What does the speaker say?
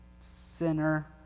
sinner